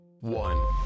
one